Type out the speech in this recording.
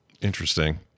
interesting